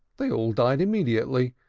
they all died immediately,